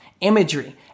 imagery